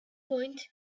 point